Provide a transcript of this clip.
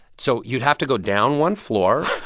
so you'd have to go down one floor.